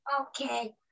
Okay